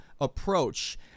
approach